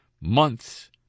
months